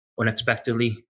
unexpectedly